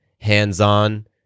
hands-on